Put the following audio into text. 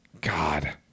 God